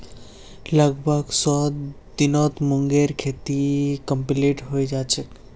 लगभग सौ दिनत मूंगेर खेती कंप्लीट हैं जाछेक